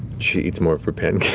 she eats more of her pancakes.